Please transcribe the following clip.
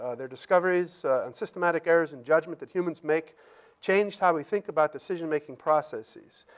ah their discoveries in systematic errors in judgment that humans make changed how we think about decision-making processes.